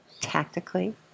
tactically